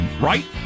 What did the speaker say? Right